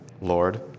Lord